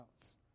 else